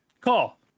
call